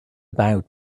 about